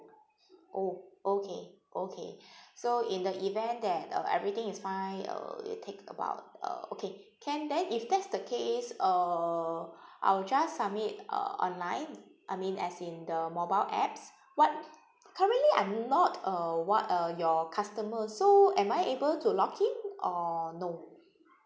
oh okay okay so in the event that uh everything is fine uh it take about uh okay can then if that's the case uh I'll just submit uh online I mean as in the mobile apps what currently I'm not uh [what] uh your customer so am I able to log in or no